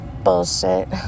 Bullshit